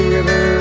River